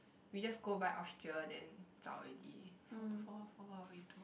we just go by Austria then zhao already for for for we two